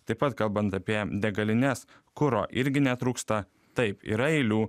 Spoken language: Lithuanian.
taip pat kalbant apie degalines kuro irgi netrūksta taip yra eilių